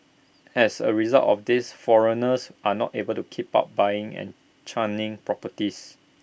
as A result of this foreigners are not able to keep up buying and churning properties